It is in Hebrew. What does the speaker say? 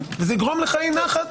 וזה יגרום לך אי נחת,